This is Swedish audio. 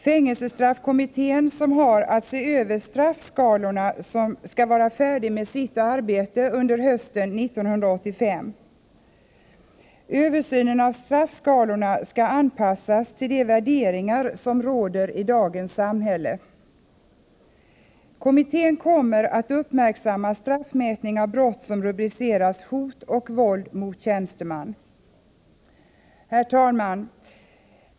Fängelstraffkommittén, som har att se över straffskalorna, skall vara färdig med sitt arbete under hösten 1985. Översynen tar sikte på att straffskalorna skall anpassas till de värderingar som råder i dagens samhälle. Kommittén kommer att uppmärksamma straffmätningen av brott som rubriceras som hot och våld mot tjänsteman. Herr talman!